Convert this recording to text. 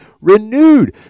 renewed